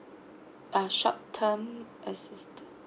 uh short term assistant